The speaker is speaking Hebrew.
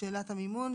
שאלת המימון,